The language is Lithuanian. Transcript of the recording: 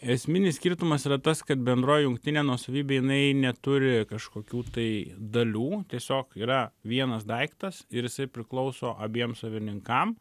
esminis skirtumas yra tas kad bendroji jungtinė nuosavybė jinai neturi kažkokių tai dalių tiesiog yra vienas daiktas ir jisai priklauso abiem savininkam